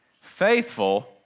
Faithful